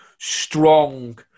Strong